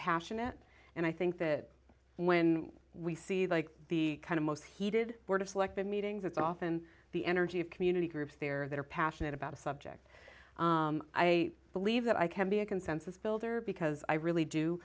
passionate and i think that when we see that the kind of most heated of selective meetings it's often the energy of community groups there that are passionate about a subject i believe that i can be a consensus builder because i really do